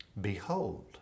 Behold